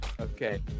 Okay